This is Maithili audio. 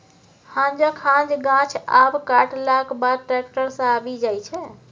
हांजक हांज गाछ आब कटलाक बाद टैक्टर सँ आबि जाइ छै